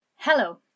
Hello